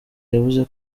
yavuze